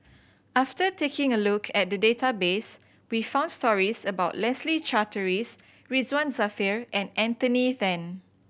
after taking a look at the database we found stories about Leslie Charteris Ridzwan Dzafir and Anthony Then